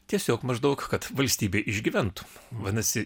tiesiog maždaug kad valstybė išgyventų vadinasi